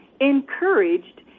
encouraged